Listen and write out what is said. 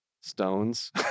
stones